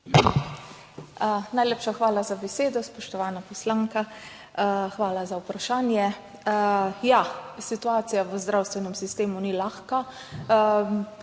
Najlepša hvala za besedo. Spoštovana poslanka, hvala za vprašanje. Situacija v zdravstvenem sistemu ni lahka,